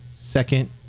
second